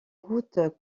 routes